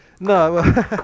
No